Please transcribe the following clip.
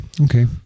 okay